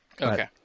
Okay